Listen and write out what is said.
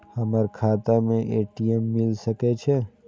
हमर खाता में ए.टी.एम मिल सके छै?